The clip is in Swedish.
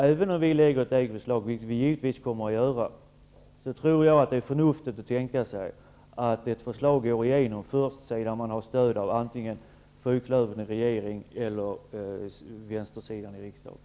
Även om vi lägger fram ett eget förslag, något som vi givetvis kommer att göra, är det förnuftigt att tänka sig att ett förslag går igenom först sedan man fått stöd antingen av partierna i fyrklöverregeringen eller av vänstersidan i riksdagen.